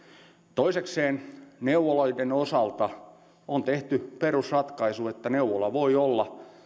toisekseen neuvoloiden osalta on tehty perusratkaisu että neuvola voi olla